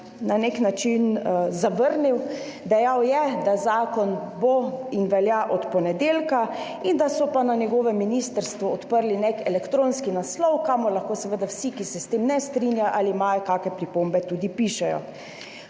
na nek način zavrnil. Dejal je, da zakon bo in velja od ponedeljka in da so na njegovem ministrstvu odprli nek elektronski naslov, kamor lahko seveda vsi, ki se s tem ne strinjajo ali imajo kakšne pripombe, tudi pišejo.